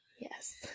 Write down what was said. yes